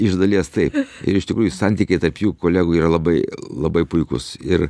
iš dalies taip ir iš tikrųjų santykiai tarp jų kolegų yra labai labai puikūs ir